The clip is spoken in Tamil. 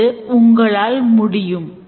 இது உங்களால் முடியும்